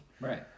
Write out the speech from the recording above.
right